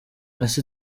ese